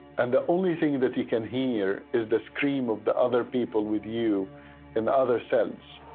and the only thing that you can hear is the scream of the other people with you in the other cells.